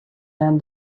than